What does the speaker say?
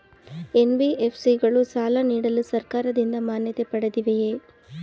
NBFC ಗಳು ಸಾಲ ನೀಡಲು ಸರ್ಕಾರದಿಂದ ಮಾನ್ಯತೆ ಪಡೆದಿವೆಯೇ?